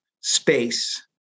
space